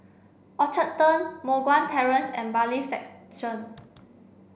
Orchard Turn Moh Guan Terrace and Bailiffs' Section